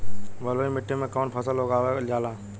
बलुई मिट्टी में कवन फसल उगावल जाला?